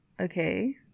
Okay